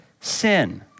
sin